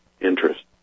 interest